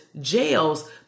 jails